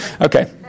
Okay